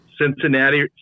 Cincinnati